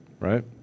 Right